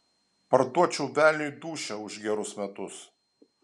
parduočiau velniui dūšią už gerus metus